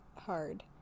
hard